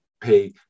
pay